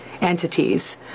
entities